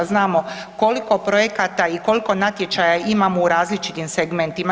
Znamo koliko projekata i koliko natječaja imamo u različitim segmentima.